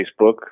Facebook